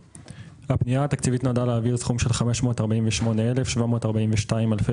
פנייה התקציבית נועדה להעביר סכום של 548,742 אלפי